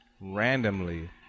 Randomly